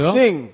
sing